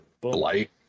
Blight